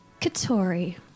Katori